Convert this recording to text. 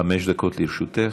חמש דקות לרשותך.